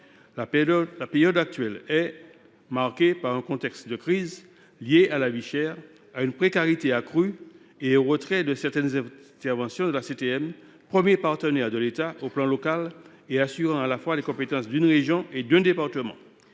La période actuelle est marquée par un contexte de crise, lié à la vie chère, à une précarité accrue et au retrait de certaines interventions de la CTM, premier partenaire de l’État au plan local, qui assure à la fois les compétences d’une région et d’un département.